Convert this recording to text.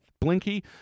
Blinky